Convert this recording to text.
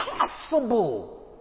impossible